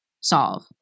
solve